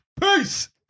Peace